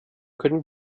können